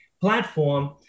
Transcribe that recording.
platform